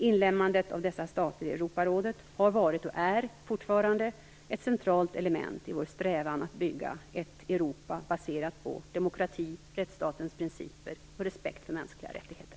Inlemmandet av dessa stater i Europarådet har varit - och är fortfarande - ett centralt element i vår strävan att bygga ett Europa baserat på demokrati, rättsstatens principer och respekt för mänskliga rättigheter.